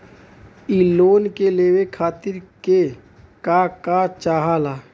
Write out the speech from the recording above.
इ लोन के लेवे खातीर के का का चाहा ला?